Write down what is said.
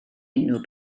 unrhyw